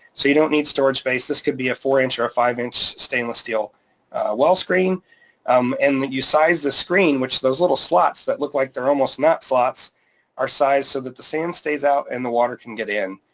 so you don't need storage space. this could be a four inch or a five inch stainless steel well screen um and that you size the screen, which those little slot that look like they're almost not slots are sized so that the sand stays out and the water can get in.